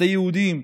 בתי יהודים,